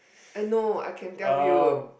I know I can tell you